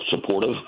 supportive